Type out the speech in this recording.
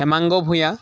Hemanga Bhuyan